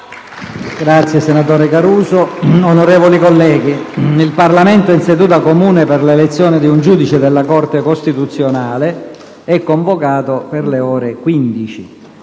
finestra"). Onorevoli colleghi, il Parlamento in seduta comune per l'elezione di un giudice della Corte costituzionale è convocato per le ore 15.